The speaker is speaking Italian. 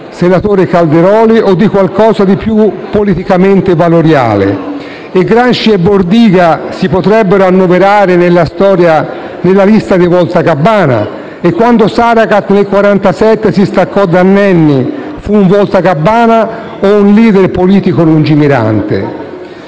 trasformismo o di qualcosa di più politicamente valoriale? E Gramsci e Bordiga si potrebbero annoverare nella lista dei voltagabbana? E quando Saragat nel 1947 si staccò da Nenni, fu un voltagabbana o un *leader* politico lungimirante?